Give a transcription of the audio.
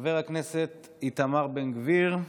חבר הכנסת איתמר בן גביר,